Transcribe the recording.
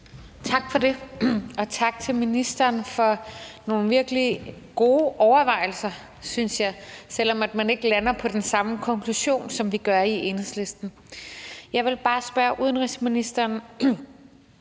Tak for det, og tak til ministeren for nogle virkelig gode overvejelser, synes jeg, selv om man ikke lander på den samme konklusion, som vi gør i Enhedslisten. Jeg vil bare spørge udenrigsministeren,